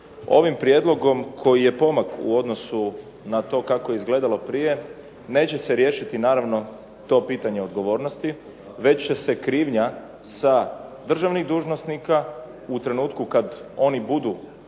Ovim Prijedlogom koji je pomak u odnosu na to kako je izgledalo prije neće se riješiti to pitanje odgovornosti već će se krivnja sa državnih dužnosnika u trenutku kada oni budu u poziciji